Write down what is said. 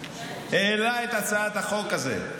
העלה את הצעת החוק הזאת.